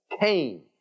Cain